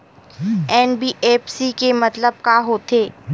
NBFC के मतलब का होथे?